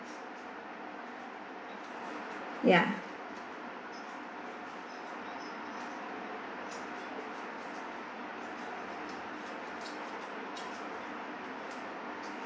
ya